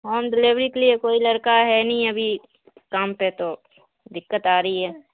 home delivery کے لیے کوئی لڑکا ہے نہیں ابھی کام پہ تو دقت آ رہی ہے